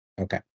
Okay